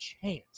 chance